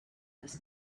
this